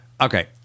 Okay